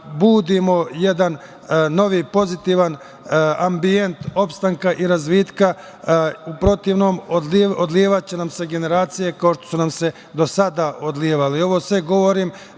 budimo jedan novi, pozitivan ambijent opstanka i razvitka. U protivnom odlijevati će nam se generacije, kao što su nam se do sada odlijevale. Ovo sve govorim